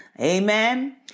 Amen